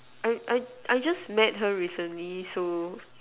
I I I just met her recently so